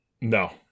no